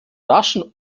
raschen